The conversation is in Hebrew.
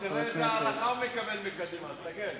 תראה איזו הערכה הוא מקבל מקדימה, תסתכל.